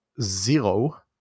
zero